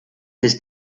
his